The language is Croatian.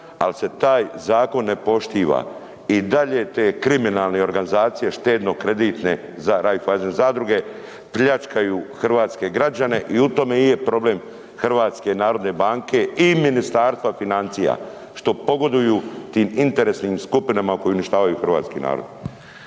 ali se taj zakon ne poštiva. I dalje te kriminalne organizacije štedno-kreditne za Raiffeisen zadruge, pljačkaju hrvatske građane i u tome i je problem HNB-a i Ministarstva financija, što pogoduju tim interesnim skupinama koje uništavaju hrvatski narod.